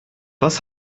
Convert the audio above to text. was